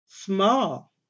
small